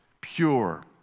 pure